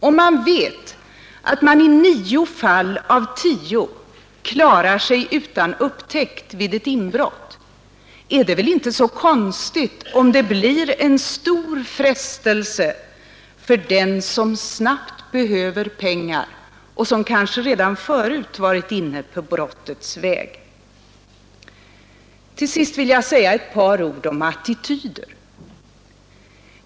Om man vet att man i nio fall på tio klarar sig utan upptäckt vid ett inbrott är det väl inte så konstigt om detta blir en stor frestelse för dem som snabbt behöver pengar och som kanske redan förut varit inne på brottets väg. Sedan vill jag också säga några ord om attityder.